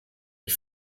ich